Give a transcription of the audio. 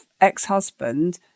ex-husband